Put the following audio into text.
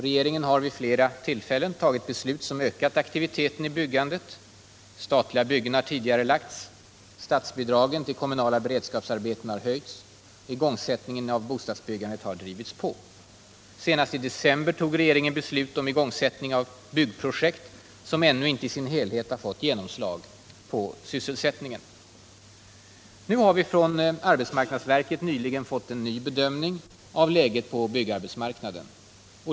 Regeringen har vid flera tillfällen tagit beslut som ökat aktiviteten i byggandet. Statliga byggen har tidigarelagts, statsbidragen till kommunala beredskapsarbeten har höjts, igångsättningen av bostadsbyggandet har drivits på. Senast i december tog regeringen beslut om igångsättningen av byggprojekt som ännu inte i sin helhet har fått genomslag på sysselsättningen. Nu har vi från arbetsmarknadsverket nyligen fått en ny bedömning av läget på byggarbetsmarknaden.